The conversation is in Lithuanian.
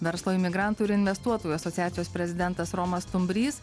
verslo imigrantų ir investuotojų asociacijos prezidentas romas stumbrys